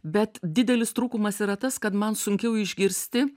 bet didelis trūkumas yra tas kad man sunkiau išgirsti